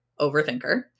overthinker